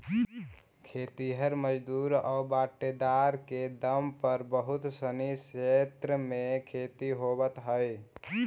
खेतिहर मजदूर आउ बटाईदार के दम पर बहुत सनी क्षेत्र में खेती होवऽ हइ